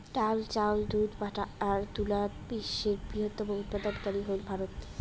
ডাইল, চাউল, দুধ, পাটা আর তুলাত বিশ্বের বৃহত্তম উৎপাদনকারী হইল ভারত